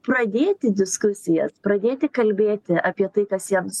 pradėti diskusijas pradėti kalbėti apie tai kas jiems